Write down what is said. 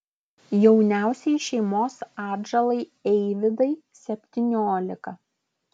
jauniausiai šeimos atžalai eivydai septyniolika